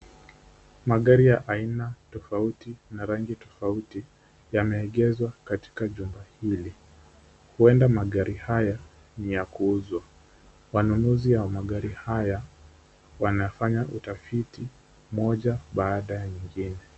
Magari ya aina tofauti na rangi tofauti yameegeshwa katika jumba hili. Huenda magari haya ni ya kuuzwa. Wanunuzi wa magari haya wanafanya utafiti moja baada ya nyingine.